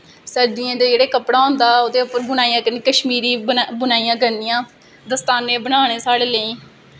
सर्दियें दा जेह्ड़ा कपड़ा होंदा ओह्दे पर बुनाईयां करनियां कश्मीरी बुनाईयां करनियां दस्तानें बनानें साढ़े लेई